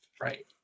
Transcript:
right